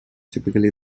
typically